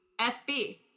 FB